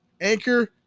anchor